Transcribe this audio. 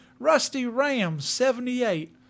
RustyRam78